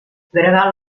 gregal